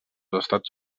estats